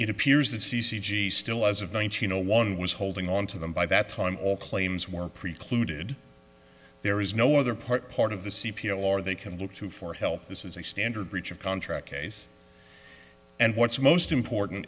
it appears that c c g still as of ninety no one was holding on to them by that time all claims were precluded there is no other part part of the c p l or they can look to for help this is a standard breach of contract case and what's most important